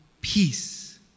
peace